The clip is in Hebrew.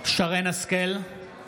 (קורא בשמות חברי הכנסת) שרן מרים השכל,